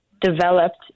developed